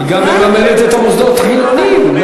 היא גם מממנת את המוסדות החילוניים.